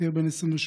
צעיר בן 28,